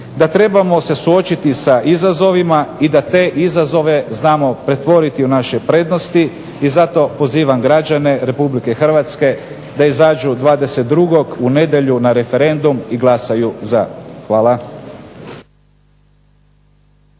da trebamo se suočiti sa izazovima i da te izazove znamo pretvoriti u naše prednosti. I zato pozivam građane RH da izađu 22-og u nedjelju na referendum i glasaju ZA. Hvala.